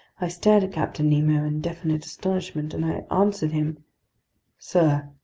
i stared at captain nemo in definite astonishment, and i answered him sir,